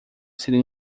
seriam